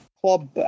club